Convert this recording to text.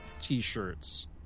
t-shirts